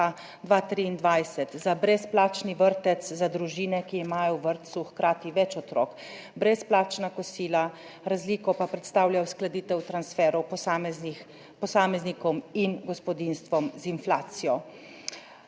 za brezplačni vrtec, za družine, ki imajo v vrtcu hkrati več otrok brezplačna kosila. Razliko pa predstavlja uskladitev transferov posameznih posameznikom in gospodinjstvom z inflacijo.